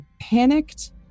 panicked